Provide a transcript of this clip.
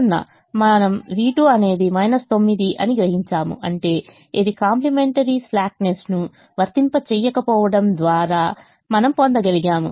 మనం v2 అనేది 9 అని గ్రహించాము అంటే ఇది కాంప్లిమెంటరీ స్లాక్నెస్ను వర్తింపచేయకపోవడం ద్వారా మనం పొందగలిగాము